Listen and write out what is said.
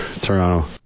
Toronto